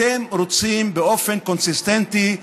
אתם רוצים, באופן קונסיסטנטי,